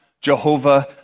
Jehovah